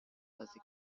بازی